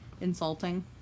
insulting